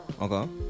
Okay